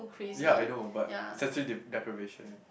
ya I know but sensory dep~ deprivation